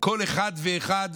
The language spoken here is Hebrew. כל אחד ואחד.